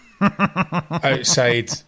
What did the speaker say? outside